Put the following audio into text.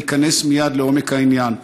להיכנס מייד לעומק העניין.